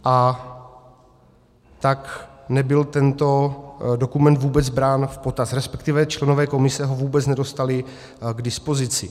A tak nebyl tento dokument vůbec brán v potaz, respektive členové komise ho vůbec nedostali k dispozici.